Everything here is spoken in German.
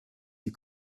die